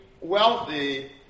wealthy